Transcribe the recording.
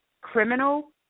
Criminal